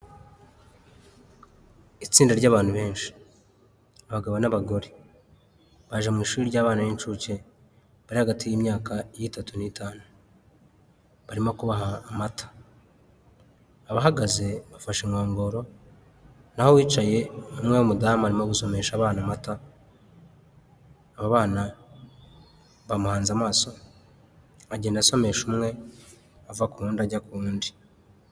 Itsinda ry'abantu benshi, abagabo n'abagore baje mu ishuri ry'abana b'incuke bari hagati y'imyaka y'itatu n'itanu barimo kubaha amata, abahagaze bafashe inkongoro n'aho uwicaye ni umwe w'umudamu arimo gusomesha abana, abo bana bamuhanze amaso agenda asomesha umwe ava kuwundi ajya kuwundi.